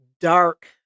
dark